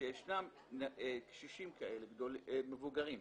שישנם קשישים כאלה מבוגרים,